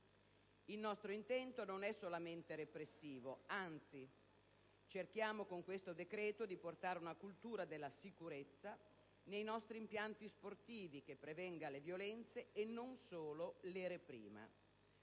Il nostro intento non è solamente repressivo, anzi. Con questo decreto-legge si cerca di portare una cultura della sicurezza nei nostri impianti sportivi che prevenga le violenze e non solo le reprima.